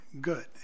good